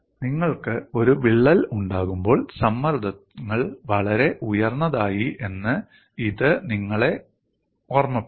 നിങ്ങൾക്ക് ഒരു വിള്ളൽ ഉണ്ടാകുമ്പോൾ സമ്മർദ്ദങ്ങൾ വളരെ ഉയർന്നതായി എന്ന് ഇത് നമ്മളെ ഓർമ്മപ്പെടുത്തി